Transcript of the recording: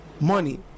money